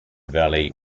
valley